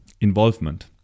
involvement